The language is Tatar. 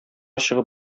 чыгып